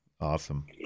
Awesome